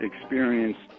experienced